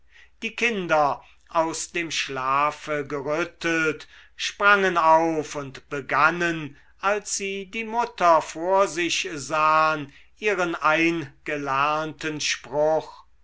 die kinder aus dem schlafe gerüttelt sprangen auf und begannen als sie die mutter vor sich sahen ihren eingelernten spruch